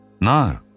No